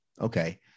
okay